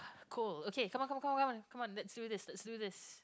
cool okay come on come on come on come on come on let's do this let's do this